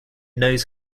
knows